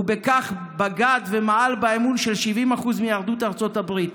ובכך בגד ומעל באמון של 70% מיהדות ארצות-הברית.